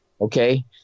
okay